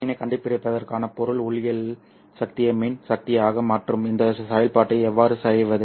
ஒளியினைக் கண்டுபிடிப்பதற்கான பொருள் ஒளியியல் சக்தியை மின் சக்தியாக மாற்றும் இந்த செயல்பாட்டை எவ்வாறு செய்வது